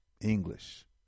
English